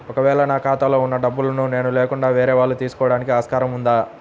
ఒక వేళ నా ఖాతాలో వున్న డబ్బులను నేను లేకుండా వేరే వాళ్ళు తీసుకోవడానికి ఆస్కారం ఉందా?